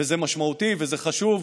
זה משמעותי וזה חשוב,